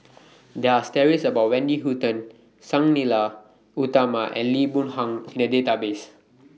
There Are stories about Wendy Hutton Sang Nila Utama and Lee Boon Yang in The Database